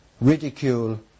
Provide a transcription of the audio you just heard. ridicule